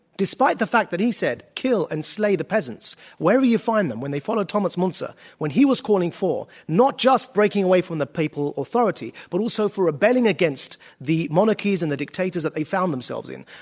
despite the fact that he said, kill and slay the peasants wherever you find them, when they follow thomas muntzer when he was calling for not just breaking away from the papal authority but also for rebelling against the monarchies and the dictators that they found themselves in